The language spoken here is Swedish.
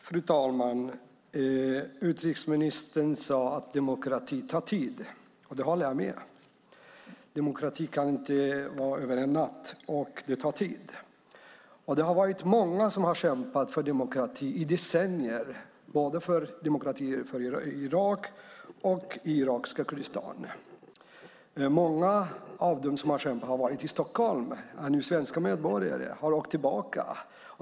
Fru talman! Utrikesministern sade att demokrati tar tid, och det håller jag med om. Demokrati kan inte komma över en natt. Det tar tid. Det finns många som har kämpat för demokrati i decennier. Det gäller både i Irak och i irakiska Kurdistan. Många av dem som har kämpat har varit i Stockholm. De är nu svenska medborgare och har åkt tillbaka.